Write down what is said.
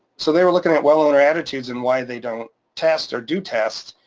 so they were looking at well owner attitudes and why they don't test or do test,